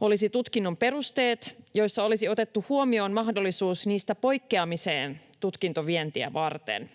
olisi tutkinnon perusteet, joissa olisi otettu huomioon mahdollisuus niistä poikkeamiseen tutkintovientiä varten.